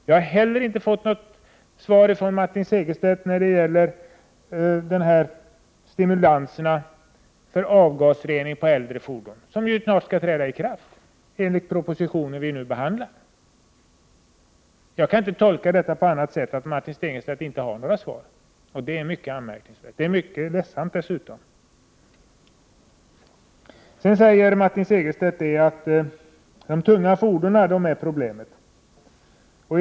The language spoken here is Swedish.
Jag har inte heller fått något svar från Martin Segerstedt på frågan om stimulanserna till införande av bättre avgasrening på äldre fordon. Det gäller ju enligt den proposition som vi nu behandlar bestämmelser som snart skall träda i kraft. Jag kan inte tolka detta på annat sätt än att Martin Segerstedt inte har något svar. Det är mycket anmärkningsvärt och dessutom mycket ledsamt. Prot. 1988/89:120 Sedan säger Martin Segerstedt att det är de tunga fordonen som är 24 maj 1989 problemet.